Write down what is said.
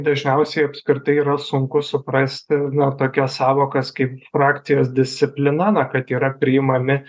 dažniausiai apskritai yra sunku suprasti na tokias sąvokas kaip frakcijos disciplina na kad yra priimami